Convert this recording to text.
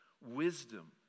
wisdom